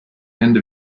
end